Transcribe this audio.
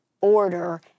order